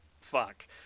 fuck